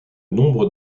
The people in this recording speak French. nombre